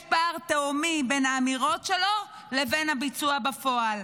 יש פער תהומי בין האמירות שלו לבין הביצוע בפועל.